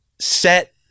set